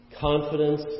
Confidence